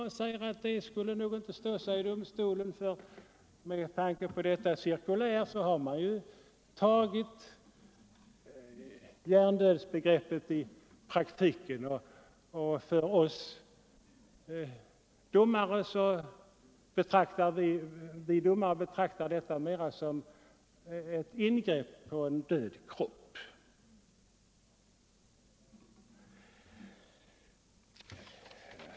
Han säger att ett åtal inte skulle stå sig i domstolen, eftersom man med tanke på bl.a. det nämnda cirkuläret har accepterat hjärndödsbegreppet i praktiken. Domaren skulle betrakta åtgärden som ett ingrepp på en död kropp.